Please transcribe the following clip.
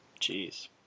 Jeez